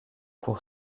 pour